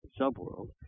subworld